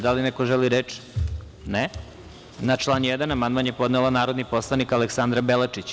Da li neko želi reč? (Ne.) Na član 1. amandman je podnela narodni poslanik Aleksandra Belačić.